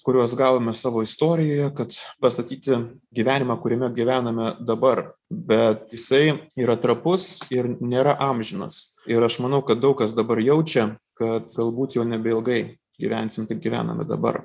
kuriuos gavome savo istorijoje kad pastatyti gyvenimą kuriame gyvename dabar bet jisai yra trapus ir nėra amžinas ir aš manau kad daug kas dabar jaučia kad galbūt jau nebeilgai gyvensim kaip gyvename dabar